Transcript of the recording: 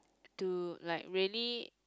to like really